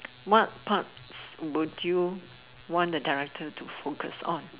what parts would you want the director to focus on